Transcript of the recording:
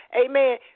amen